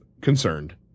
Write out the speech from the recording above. concerned